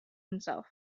himself